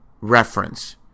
reference